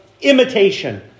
imitation